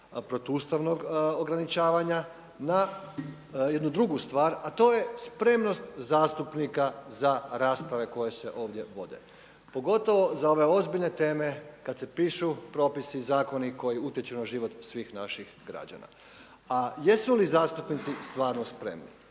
protuustavnog ograničavanja na jednu drugu stvar, a to je spremnost zastupnika za rasprave koje se ovdje vode pogotovo za ove ozbiljne teme kad se pišu propisi i zakoni koji utječu na život svih naših građana. A jesu li zastupnici stvarno spremni?